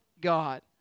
God